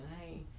Hey